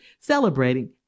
celebrating